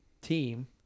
team